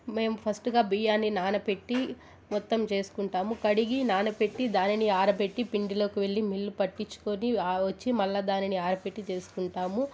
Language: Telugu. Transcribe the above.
మేము ఫర్స్ట్గా బియ్యాన్ని నానబెట్టి మొత్తం చేసుకుంటాము కడిగి నానబెట్టి దానిని ఆరబెట్టి పిండిలోకి వెళ్ళి మిల్లు పట్టిచ్చుకుని వచ్చి మరల దానిని ఆరబెట్టి చేసుకుంటాము